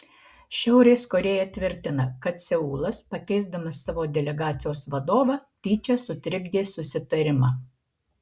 šiaurės korėja tvirtina kad seulas pakeisdamas savo delegacijos vadovą tyčia sutrikdė susitarimą